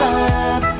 up